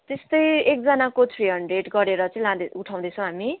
त्यस्तै एकजनाको three hundred गरेर चाहिँ लाँदै उठाउँदै छौँ हामी